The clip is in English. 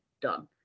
done